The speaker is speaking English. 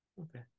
Okay